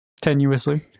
tenuously